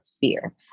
fear